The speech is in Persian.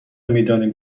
میدانیم